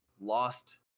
lost